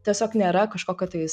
tiesiog nėra kažkokio tais